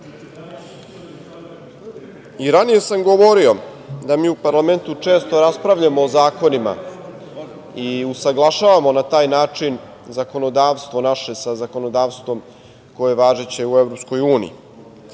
napredak. Ranije sam govorio da mi u parlamentu često raspravljamo o zakonima i usaglašavamo na taj način zakonodavstvo naše sa zakonodavstvom koje je važeće u EU.